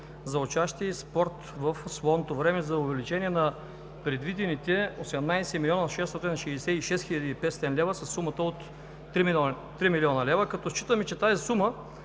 за учащи и спорт в свободното време за увеличение на предвидените 18 млн. 666 хил. 500 лв. със сумата от 3 млн. лв., като считаме, че тази сума,